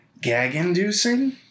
gag-inducing